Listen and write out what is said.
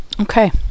Okay